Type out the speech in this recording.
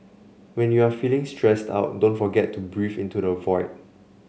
when you are feeling stressed out don't forget to breathe into the void